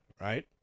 right